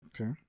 Okay